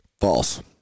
False